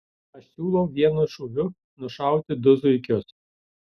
aš siūlau vienu šūviu nušauti du zuikius